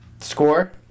Score